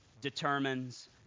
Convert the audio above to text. determines